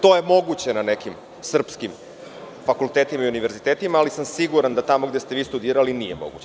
To je moguće na nekim srpskim fakultetima i univerzitetima, ali sam siguran da tamo gde ste vi studirali nije moguće.